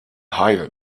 higher